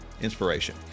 inspiration